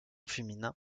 féminin